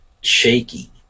shaky